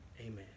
amen